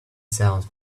sounds